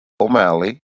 O'Malley